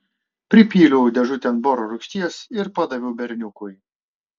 pripyliau dėžutėn boro rūgšties ir padaviau berniukui